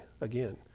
again